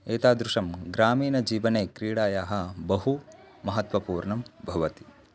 एतादृशं ग्रामीणजीवने क्रीडायाः बहु महत्त्वपूर्णं भवति